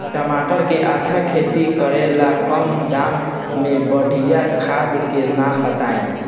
टमाटर के अच्छा खेती करेला कम दाम मे बढ़िया खाद के नाम बताई?